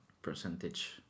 percentage